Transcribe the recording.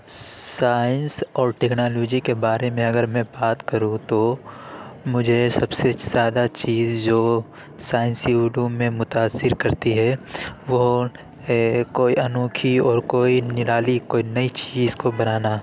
science اور technology کے بارے میں اگر میں بات کروں تو مجھے سب سے زیادہ چیز جو سائنسی علوم میں متاثر کرتی ہے وہ ہے کوئی انوکھی کوئی نرالی کوئی نئی چیز کو بنانا